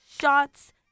shots